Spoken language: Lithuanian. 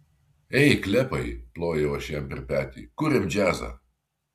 ei klepai plojau aš jam per petį kuriam džiazą